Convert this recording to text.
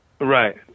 Right